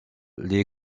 les